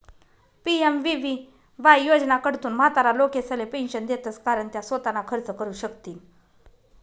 PMVVY योजनाकडथून म्हातारा लोकेसले पेंशन देतंस कारण त्या सोताना खर्च करू शकथीन